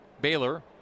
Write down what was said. Baylor